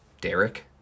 Derek